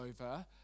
over